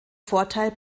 vorteil